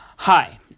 hi